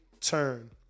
turn